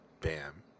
Bam